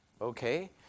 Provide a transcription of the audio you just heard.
Okay